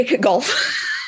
golf